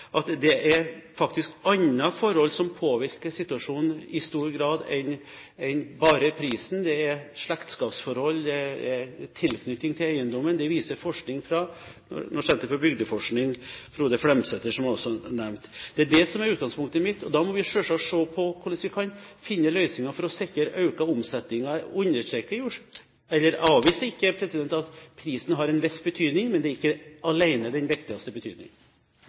er at det faktisk er andre forhold som påvirker situasjonen i stor grad enn bare prisen. Det er slektskapsforhold, og det er tilknytning til eiendommen. Det viser forskning fra Norsk senter for bygdeforskning, ved Frode Flemsæter, som jeg også har nevnt. Det er det som er utgangspunktet mitt. Da må vi selvsagt se på hvordan vi kan finne løsninger for å sikre økt omsetning. Jeg avviser ikke at prisen har en viss betydning, men det er ikke alene den viktigste betydningen.